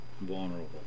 vulnerable